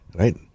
right